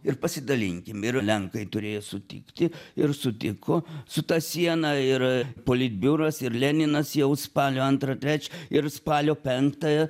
ir pasidalinkim ir lenkai turėjo sutikti ir sutiko su ta siena ir politbiuras ir leninas jau spalio antrą trečią ir spalio penktąją